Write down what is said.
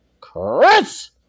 Chris